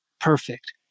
perfect